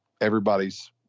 everybody's